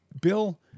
Bill